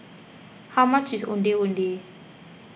how much is Ondeh Ondeh